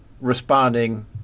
responding